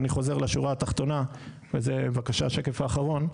אני חוזר לשורה התחתונה, וזה השקף האחרון,